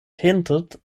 hinted